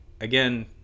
again